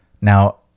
Now